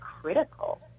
critical